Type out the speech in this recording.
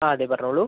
ആ അതെ പറഞ്ഞോളൂ